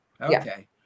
Okay